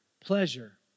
pleasure